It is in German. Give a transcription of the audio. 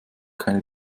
keine